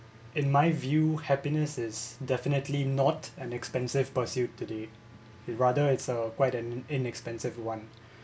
in my view happiness is definitely not an expensive pursuit today it rather it's a quite an inexpensive one